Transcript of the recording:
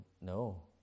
no